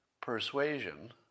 persuasion